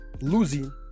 Losing